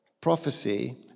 prophecy